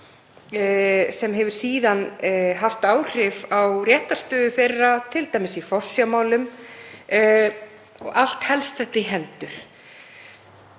sem hefur síðan haft áhrif á réttarstöðu þeirra, t.d. í forsjármálum, og allt helst þetta í hendur.